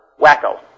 Wacko